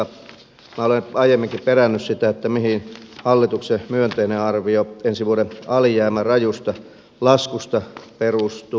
minä olen aiemminkin perännyt sitä mihin hallituksen myönteinen arvio ensi vuoden alijäämän rajusta laskusta perustuu